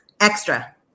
Extra